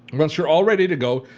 once you're all ready to go,